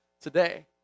today